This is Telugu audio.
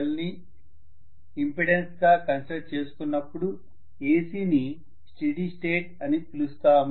మనము RjωL ని ఇంపెడెన్స్ గా కన్సిడర్ చేసుకున్నప్పుడు AC ని స్టీడి స్టేట్ అని పిలుస్తాము